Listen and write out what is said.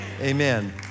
Amen